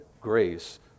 grace